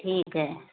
ठीक है